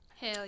Hell